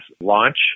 launch